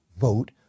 vote